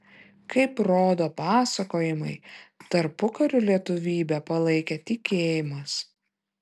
kaip rodo pasakojimai tarpukariu lietuvybę palaikė tikėjimas